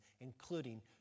including